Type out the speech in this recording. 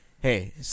Hey